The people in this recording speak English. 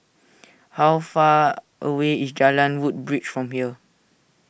how far away is Jalan Woodbridge from here